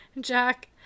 Jack